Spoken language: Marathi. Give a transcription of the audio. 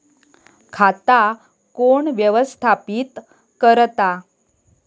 खाता कोण व्यवस्थापित करता?